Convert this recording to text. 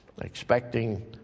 expecting